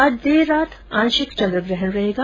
आज देर रात आंशिक चंद्रग्रहण रहेगा